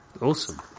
Awesome